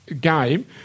game